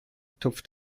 tupft